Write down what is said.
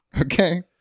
Okay